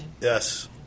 Yes